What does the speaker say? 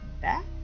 back